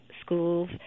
schools